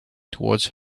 towards